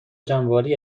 جمعآوری